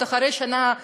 אחרי שנה,